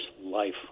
life